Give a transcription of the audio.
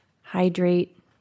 hydrate